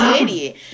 idiot